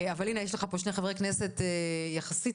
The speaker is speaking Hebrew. אבל הנה יש לך פה שני חברי כנסת צעירים יחסית,